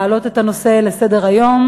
להעלות את הנושא לסדר-היום,